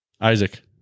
Isaac